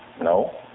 No